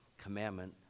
commandment